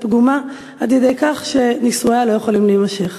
פגומה עד כדי כך שנישואיה לא יכולים להימשך.